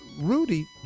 Rudy